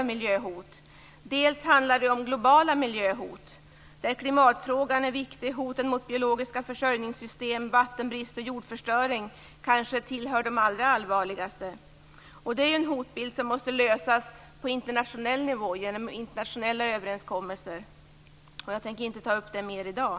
För det första handlar det om globala miljöhot, där klimatfrågan, hoten mot biologiska försörjningssystem, vattenbrist och jordförstöring kanske hör till de allra allvarligaste. Den hotbilden måste man komma till rätta med på internationell nivå genom överenskommelser, men jag tänker inte ta upp det mer i dag.